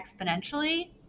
exponentially